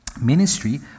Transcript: ministry